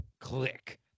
click